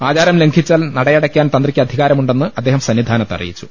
ആചാരം ലംഘിച്ചാൽ നടയടക്കാൻ തന്ത്രിക്ക് അധികാരമുണ്ടെന്ന് അദ്ദേഹം സന്നിധാ നത്ത് അറിയിച്ചു